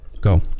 go